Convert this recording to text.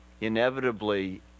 inevitably